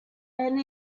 and